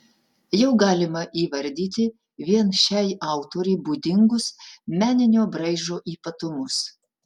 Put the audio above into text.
jau galima įvardyti vien šiai autorei būdingus meninio braižo ypatumus